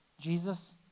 Jesus